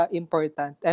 important